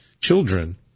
children